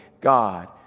God